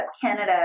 Canada